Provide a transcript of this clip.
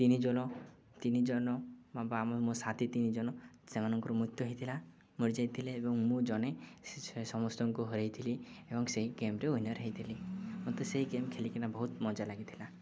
ତିନି ଜନ ତିନି ଜନ ବା ଆମ ମୋ ସାଥିୀ ତିନି ଜନ ସେମାନଙ୍କର ମୃତ୍ୟ ହୋଇଥିଲା ମରିଯାଇଥିଲେ ଏବଂ ମୁଁ ଜନେ ସମସ୍ତଙ୍କୁ ହରେଇଥିଲି ଏବଂ ସେଇ ଗେମ୍ରେ ୱିନର୍ ହୋଇଥିଲି ମୋତେ ସେଇ ଗେମ୍ ଖେଲିକିନା ବହୁତ ମଜା ଲାଗିଥିଲା